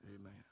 Amen